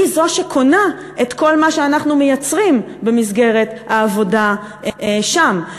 היא שקונה את כל מה שאנחנו מייצרים במסגרת העבודה שם.